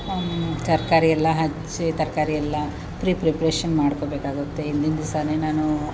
ತರಕಾರಿ ಎಲ್ಲ ಹಚ್ಚಿ ತರಕಾರಿ ಎಲ್ಲ ಪ್ರೀ ಪ್ರಿಪ್ರೇಷನ್ ಮಾಡ್ಕೊಳ್ಬೇಕಾಗುತ್ತೆ ಹಿಂದಿನ ದಿವಸವೇ ನಾನೂ